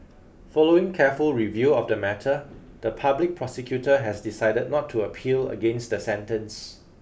following careful review of the matter the public prosecutor has decided not to appeal against the sentence